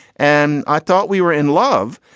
and i thought we were in love.